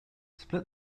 split